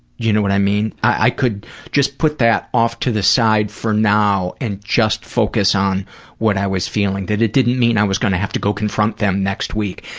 you know what i mean? i could just put that off to the side for now and just focus on what i was feeling that it didn't mean i was going to have to go confront them next week,